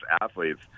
athletes